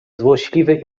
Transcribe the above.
złośliwe